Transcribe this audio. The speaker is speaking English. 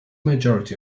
majority